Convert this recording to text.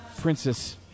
Princess